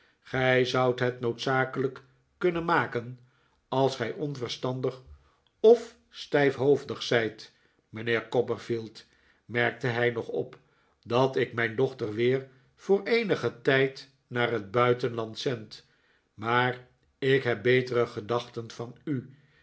gij zoudt het noodzakelijk kunnen maken als gij onverstandig of stijfhoofdig zijt mijnheer copperfield merkte hij nog op dat ik mijn dochter weer voor eenigen tijd naar het buitenland zend maar ik heb betere gedachten van u